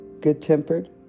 good-tempered